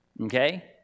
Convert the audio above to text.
okay